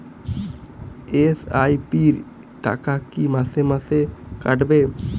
SIP র টাকা কী মাসে মাসে কাটবে?